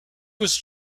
was